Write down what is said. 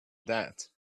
that